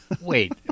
wait